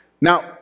Now